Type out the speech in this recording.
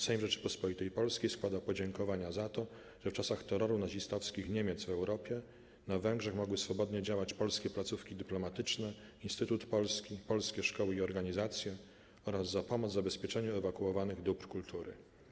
Sejm Rzeczypospolitej Polskiej składa podziękowania za to, że w czasach terroru nazistowskich Niemiec w Europie, na Węgrzech mogły swobodnie działać polskie placówki dyplomatyczne, Instytut Polski, polskie szkoły i organizacje, oraz za pomoc w zabezpieczeniu ewakuowanych dóbr kultury.